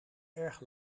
erg